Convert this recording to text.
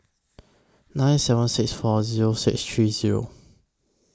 nine seven six four Zero six three Zero